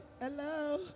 Hello